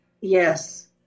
Yes